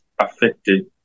affected